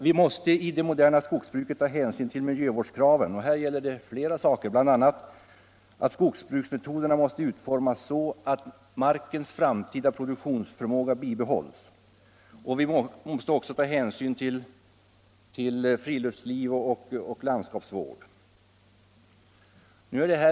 Vi måste i det moderna skogsbruket ta hänsyn till miljövårdskraven, och här gäller det flera saker. Skogsbruksmetoderna måste utformas så att markens framtida produktionsförmåga bibehålls, och vi måste också ta hänsyn till friluftsliv och landskapsvård.